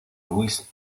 luis